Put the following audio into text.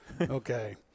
Okay